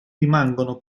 rimangono